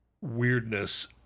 weirdness